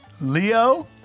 Leo